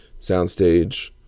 soundstage